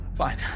fine